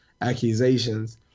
accusations